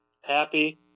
Happy